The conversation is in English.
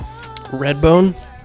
Redbone